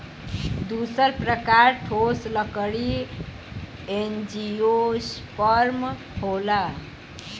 दूसर प्रकार ठोस लकड़ी एंजियोस्पर्म होला